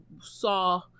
saw